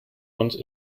ones